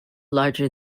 larger